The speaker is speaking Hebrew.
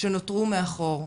שנותרו מאחור.